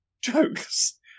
jokes